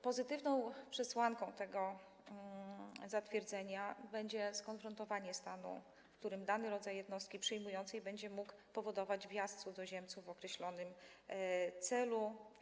Pozytywną przesłanką tego zatwierdzenia będzie skonfrontowanie stanu, w którym dany rodzaj jednostki przyjmującej będzie mógł powodować wjazd cudzoziemców w określonym celu.